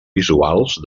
visuals